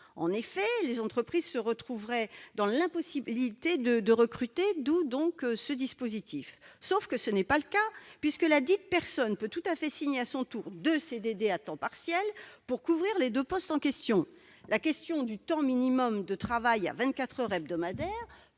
partiel. Les entreprises se retrouveraient alors dans l'impossibilité de recruter. En réalité, ce n'est pas le cas, puisque ladite personne peut tout à fait signer à son tour deux CDD à temps partiel pour occuper les deux postes en question. L'obligation d'un temps minimal de travail de 24 heures hebdomadaires